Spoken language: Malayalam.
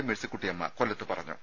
മേഴ്സിക്കുട്ടിയമ്മ കൊല്ലത്ത് പറഞ്ഞു